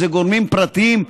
שאלה גורמים פרטיים,